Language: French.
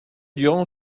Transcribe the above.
durant